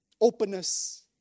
openness